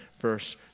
verse